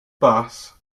bus